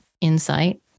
Insight